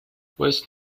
waste